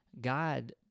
God